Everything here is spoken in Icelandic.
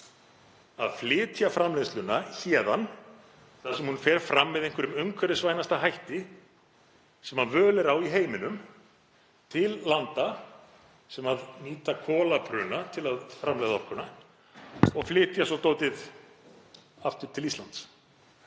að flytja framleiðsluna héðan, þar sem hún fer fram með einhverjum umhverfisvænasta hætti sem völ er á í heiminum, til landa sem nýta kolabruna til að framleiða orkuna og flytja svo dótið aftur til Íslands